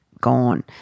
gone